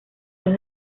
los